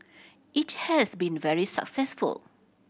it has been very successful